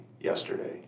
yesterday